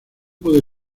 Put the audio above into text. puede